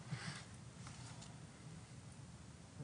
הוא